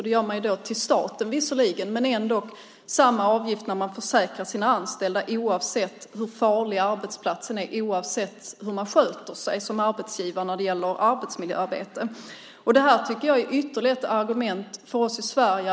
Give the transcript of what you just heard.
Det gör man då visserligen till staten, men det är ändå samma avgift när man försäkrar sina anställda oavsett hur farlig arbetsplatsen är, oavsett hur man sköter sig som arbetsgivare när det gäller arbetsmiljöarbete. Det här tycker jag är något för oss i Sverige.